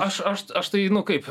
aš aš aš tai nu kaip